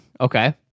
okay